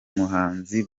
muhanzi